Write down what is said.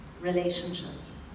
relationships